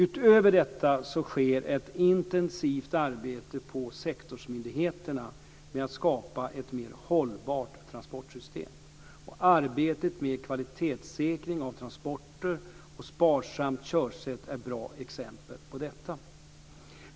Utöver detta sker ett intensivt arbete på sektorsmyndigheterna med att skapa ett mer hållbart transportsystem. Arbetet med kvalitetssäkring av transporter och sparsamt körsätt är bra exempel på detta.